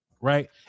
right